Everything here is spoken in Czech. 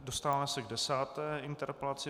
Dostáváme se k desáté interpelaci.